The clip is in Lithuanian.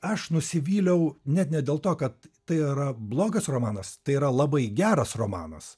aš nusivyliau net ne dėl to kad tai yra blogas romanas tai yra labai geras romanas